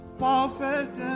perfect